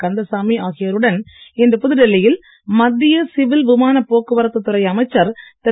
கந்தசாமி ஆகியோருடன் இன்று புதுடில்லியில் மத்திய சிவில் விமானப் போக்குவரத்து துறை அமைச்சர் திரு